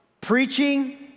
preaching